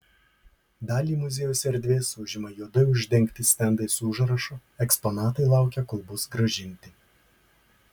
dalį muziejaus erdvės užima juodai uždengti stendai su užrašu eksponatai laukia kol bus grąžinti